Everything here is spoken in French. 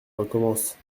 recommence